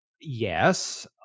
yes